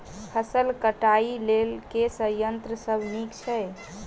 फसल कटाई लेल केँ संयंत्र सब नीक छै?